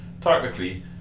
Technically